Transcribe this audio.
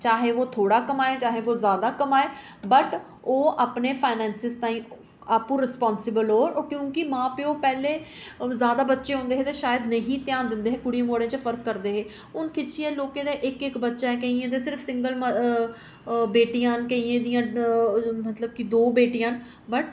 चाहे ओह् थोह्ड़ा कमाए चाहे ओह् जादा कमाए बट ओह् अपने फाइनेंस ताईं आपूं रिस्पांसिबल होग क्योंकि मां प्यौ पैह्लें जादा बच्चे होंदे हे शायद नहीं दिंदे हे कुड़ी मुड़े च फर्क करदे हे हून खिच्चियै लोकें दे इक इक बच्चा ऐ केइयें दे सिर्फ सिंगल मद बेटियां न केइयें दियां मतलब दो बेटियां न बट